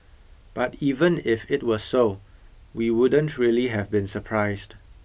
but even if it were so we wouldn't really have been surprised